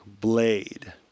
blade